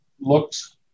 looks